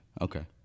Okay